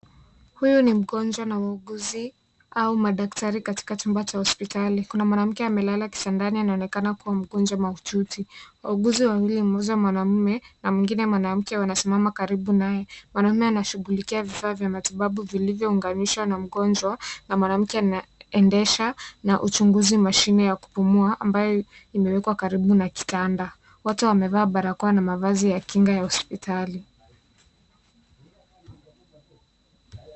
Huyu ni mgonjwa na wauguzi au madaktari katika chumba cha hospitali, kuna mwanamke aliyelala kitandani anaonekana kua mgonjwa mahututi, wauguzi wawili mmoja mwanaume na mwingine mwanamke wanasimama karibu naye, mawanaume anashughulikia vifaa vya matibabu vilivyo unganishwa na mgonjwa na mwanamke anaendesha na uchunguzi mashine ya kupumua ambayo imewekwa karibu na kitanda, waote wamevaa barakoa na mavazi ya kinga ya hospitali.